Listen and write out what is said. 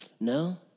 No